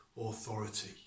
authority